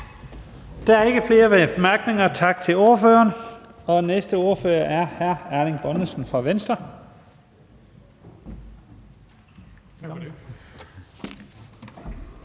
Der er ikke flere korte bemærkninger. Tak til ordføreren. Den næste ordfører er hr. Erling Bonnesen fra Venstre.